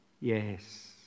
yes